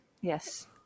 Yes